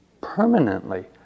permanently